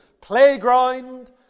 Playground